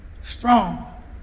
Strong